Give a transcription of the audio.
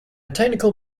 technical